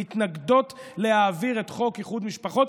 מתנגדות להעביר את חוק איחוד משפחות,